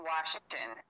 Washington